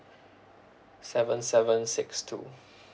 seven seven six two